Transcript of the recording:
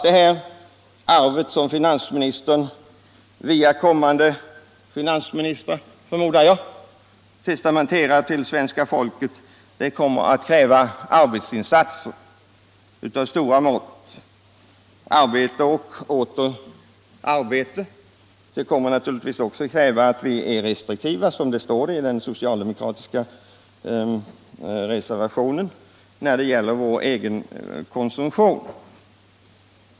Det här arvet som finansministern, förmodar jag, via kommande finansministrar testamenterar till det svenska folket kommer att kräva arbetsinsatser av stora mått, arbete och åter arbete. Det kommer också att kräva att vi, såsom det står i den socialdemokratiska reservationen, är restriktiva med vår egen konsumtion.